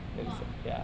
!wah!